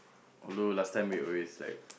although last time we always like